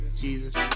Jesus